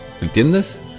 ¿Entiendes